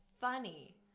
funny